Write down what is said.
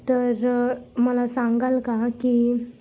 तर मला सांगाल का की